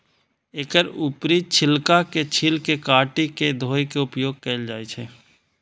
एकर ऊपरी छिलका के छील के काटि के धोय के उपयोग कैल जाए छै